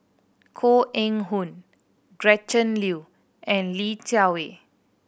Koh Eng Hoon Gretchen Liu and Li Jiawei